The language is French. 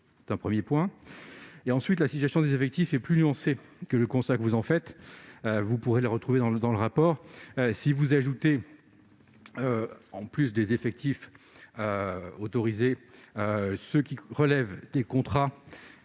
ne baisse pas. Ensuite, la situation des effectifs est plus nuancée que le constat que vous en faites- vous pourrez la retrouver dans le rapport. Si vous ajoutez aux effectifs autorisés ceux qui relèvent des contrats